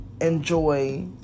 enjoy